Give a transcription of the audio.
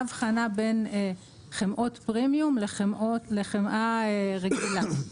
הבחנה בין חמאות פרימיום לחמאה רגילה.